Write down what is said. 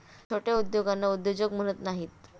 छोट्या उद्योगांना उद्योजक म्हणत नाहीत